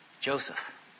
Joseph